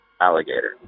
alligator